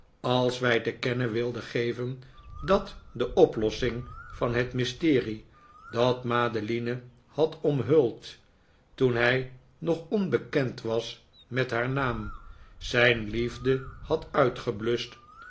als wij te kennen wilden geven dat de oplossing van het mysterie dat madeline had omhuld toen hij nog onbekend was met haar naam zijn liefde had uitgebluscht